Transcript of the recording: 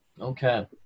Okay